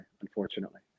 unfortunately